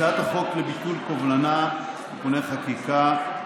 הצעת החוק לביטול קובלנה (תיקוני חקיקה),